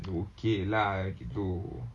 okay lah gitu